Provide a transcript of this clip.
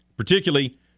Particularly